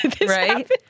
Right